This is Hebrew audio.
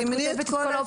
שם תוכלי...